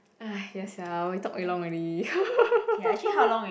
ah yes sia we talk very long already